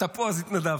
אתה פה אז התנדבת.